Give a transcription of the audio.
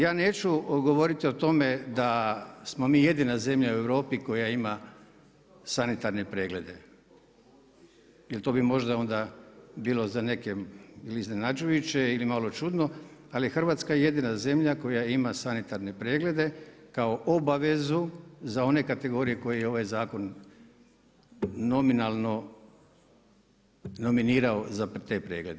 Ja neću govoriti o tome da smo mi jedina zemlja u Europi koja ima sanitarne preglede jel to bi možda bilo za neke ili iznenađujuće ili malo čudno, ali Hrvatska je jedina zemlja koja ima sanitarne preglede kao obavezu za one kategorije koje ovaj zakon nominalno nominirao za te preglede.